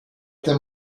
them